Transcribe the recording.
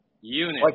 Unit